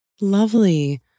Lovely